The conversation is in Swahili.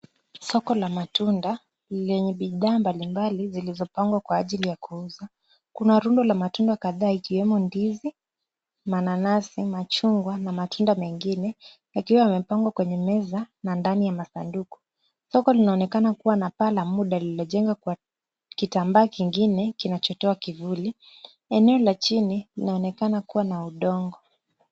Soko la matunda, lenye bidhaa mbalimbali zilizopangwa kwa ajili ya kuuza, kuna rundo la matunda kadhaa ikiwemo ndizi, mananasi, machungwa, na matunda mengine, yakiwa yamepangwa kwenye meza, na ndani ya matanduku, soko linaonekana kuwa na paa la muda lililojengwa kwa kitambaa kingine, kinachotoa kivuli, eneo la chini, inaonekana kuwa na udongo.